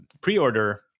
pre-order